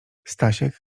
stasiek